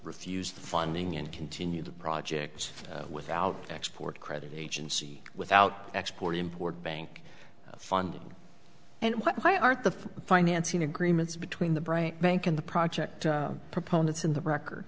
refuse the funding and continue the project without export credit agency without export import bank funding and why aren't the financing agreements between the brain bank and the project proponents in the record